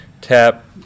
Tap